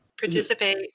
Participate